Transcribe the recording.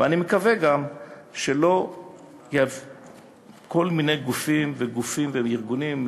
ואני מקווה גם שכל מיני גופים וארגונים לא יפריעו,